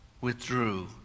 withdrew